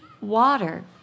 water